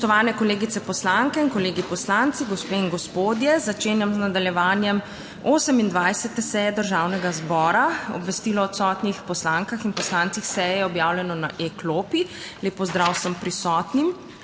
Spoštovane kolegice poslanke in kolegi poslanci, gospe in gospodje! Začenjam z nadaljevanjem 28. seje Državnega zbora. Obvestilo o odsotnih poslankah in poslancih seje je objavljeno na e-Klopi. Lep pozdrav vsem prisotnim!